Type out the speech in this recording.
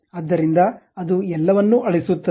ಆದ್ದರಿಂದ ಅದು ಎಲ್ಲವನ್ನೂ ಅಳಿಸುತ್ತದೆ